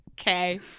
Okay